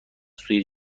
سوی